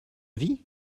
vie